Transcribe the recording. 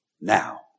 now